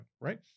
right